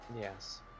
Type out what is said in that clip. Yes